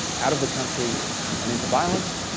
out of the country and into violence,